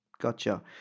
Gotcha